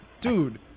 dude